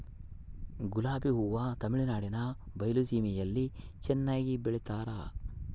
ಗುಲಾಬಿ ಹೂ ತಮಿಳುನಾಡಿನ ಬಯಲು ಸೀಮೆಯಲ್ಲಿ ಚೆನ್ನಾಗಿ ಬೆಳಿತಾರ